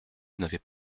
n’avaient